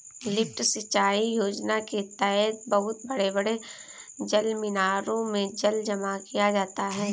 lift सिंचाई योजना के तहद बहुत बड़े बड़े जलमीनारों में जल जमा किया जाता है